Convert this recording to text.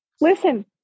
Listen